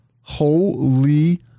holy